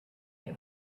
they